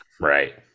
right